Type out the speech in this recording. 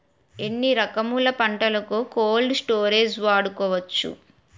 ఎన్ని రకములు పంటలకు కోల్డ్ స్టోరేజ్ వాడుకోవచ్చు?